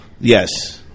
Yes